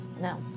No